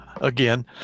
again